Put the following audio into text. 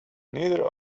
neither